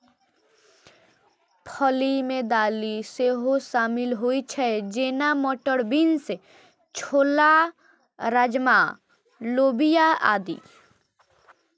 फली मे दालि सेहो शामिल होइ छै, जेना, मटर, बीन्स, छोला, राजमा, लोबिया आदि